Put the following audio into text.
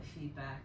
feedback